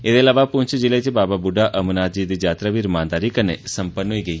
एह्दे अलावा पुंछ जिले च बाबा बुड्ढा अमरनाथ जी दी यात्रा बी रमानदारी कन्नै संपन्न होई गेई